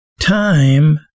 time